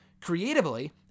creatively